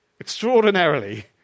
extraordinarily